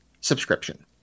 subscription